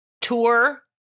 tour